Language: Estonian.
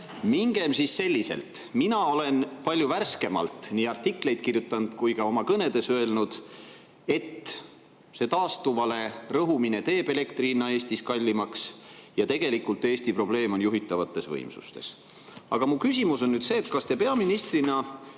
Mingem siis selliselt. Mina olen palju värskemalt nii artikleid kirjutanud kui ka oma kõnedes öelnud, et see taastuvale rõhumine teeb elektri hinna Eestis kallimaks ja tegelikult Eesti probleem on juhitavates võimsustes. Mu küsimus on see: kas te peaministrina